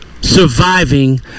Surviving